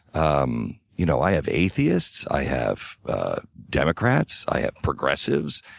um you know, i have atheists, i have democrats, i have progressives.